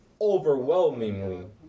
Overwhelmingly